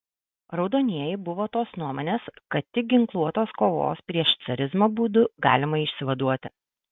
raudonieji buvo tos nuomonės kad tik ginkluotos kovos prieš carizmą būdu galima išsivaduoti